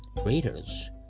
readers